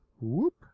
Whoop